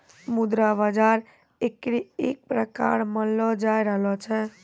मुद्रा बाजार एकरे एक प्रकार मानलो जाय रहलो छै